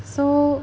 so